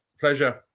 Pleasure